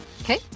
Okay